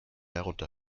herunter